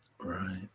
right